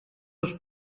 els